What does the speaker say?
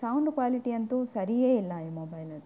sound quality ಅಂತೂ ಸರಿಯೇ ಇಲ್ಲ ಈ ಮೊಬೈಲದ್ದು